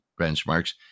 benchmarks